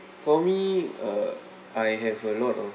for me uh I have a lot of